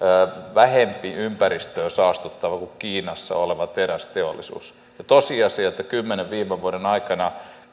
vähemmän ympäristöä saastuttava kuin kiinassa oleva terästeollisuus ja tosiasia on että kymmenen viime vuoden aikana